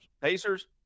Pacers